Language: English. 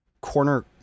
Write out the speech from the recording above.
corner